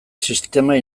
sistema